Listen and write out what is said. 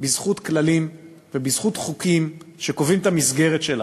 בזכות כללים ובזכות חוקים שקובעים את המסגרת שלה.